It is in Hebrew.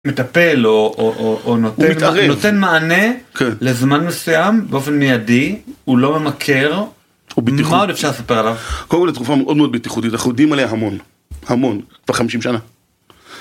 מטפל או נותן מענה לזמן מסוים באופן מיידי, הוא לא ממכר, מה עוד אפשר לספר עליו? קודם כל זה תרופה מאוד מאוד בטיחותית, החודים עליה המון, המון, כבר 50 שנה.